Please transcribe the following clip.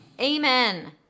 Amen